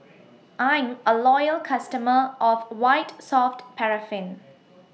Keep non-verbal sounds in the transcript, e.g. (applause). (noise) I'm A Loyal customer of White Soft Paraffin